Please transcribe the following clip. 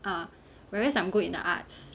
uh whereas I'm good in the arts